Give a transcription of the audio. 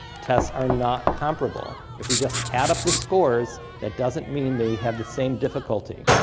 tests are not comparable. if we just add up the scores, that doesn't mean they have the same difficulty.